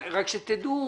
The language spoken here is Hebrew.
רק שתדעו